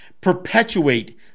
perpetuate